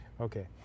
Okay